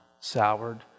soured